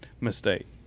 mistake